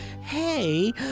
Hey